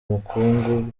ubukungu